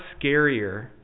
scarier